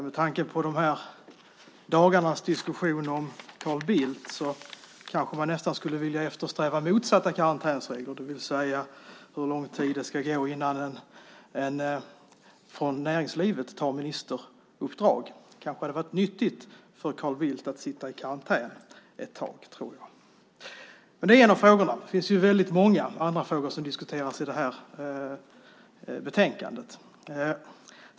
Med tanke på diskussionen i dessa dagar om Carl Bildt skulle man kanske nästan vilja eftersträva motsatta karantänsregler, det vill säga hur lång tid som ska gå innan en person från näringslivet tar ministeruppdrag. Det hade kanske varit nyttigt för Carl Bildt att sitta i karantän ett tag; det tror jag. Det är alltså en av frågorna här. Men det är också väldigt många andra frågor som diskuteras i det här betänkandet.